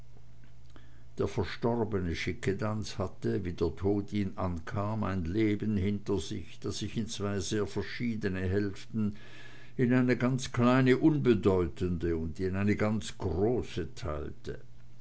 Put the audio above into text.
der verstorbene schickedanz hatte wie der tod ihn ankam ein leben hinter sich das sich in zwei sehr verschiedene hälften in eine ganz kleine unbedeutende und in eine ganz große teilte